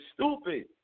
stupid